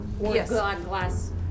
Yes